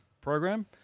program